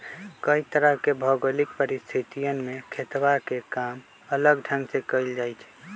कई तरह के भौगोलिक परिस्थितियन में खेतवा के काम अलग ढंग से कइल जाहई